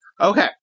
Okay